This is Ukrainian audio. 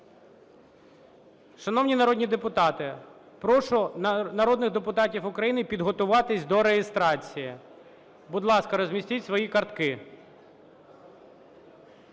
Шановні народні депутати! Прошу народних депутатів України підготуватись до реєстрації. Будь ласка, розмістіть свої картки.